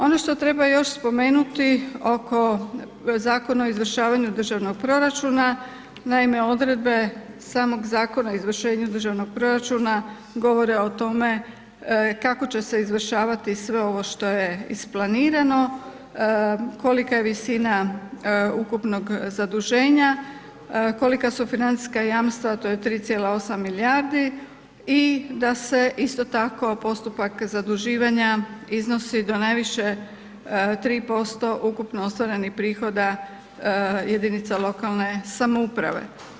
Ono što treba još spomenuti oko Zakon o izvršavanju državnog proračuna, naime odredbe samog Zakon o izvršavanju državnog proračuna govore o tome kako će se izvršavati sve ovo što je isplanirano, kolika je visina ukupnog zaduženja, kolika su financijska jamstva, to je 3,8 milijardi i da se isto tako postupak zaduživanja iznosi do najviše 3% ukupno ostvarenih prihoda jedinica lokalne samouprave.